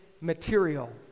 material